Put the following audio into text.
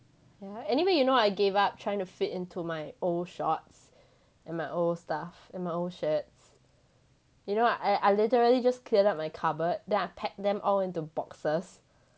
yeah anyway you know I gave up trying to fit into my old shorts and my old stuff and my old shirts you know I I literally just cleared up my cupboard then I pack them all into boxes